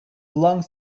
belongs